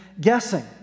guessing